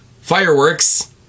fireworks